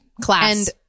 class